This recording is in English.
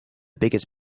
biggest